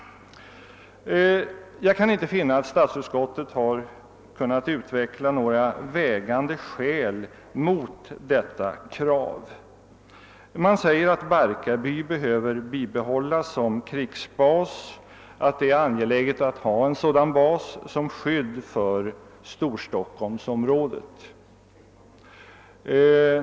Jag kan inte finna att statsutskottet har kunnat utveckla några vägande skäl mot detta krav. Man säger att Barkarby behöver bibehållas som krigsbas och att det är angeläget att ha en sådan bas som skydd för Storstockholmsområdet.